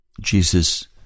Jesus